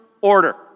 order